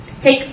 Take